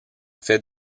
fait